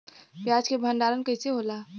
प्याज के भंडारन कइसे होला?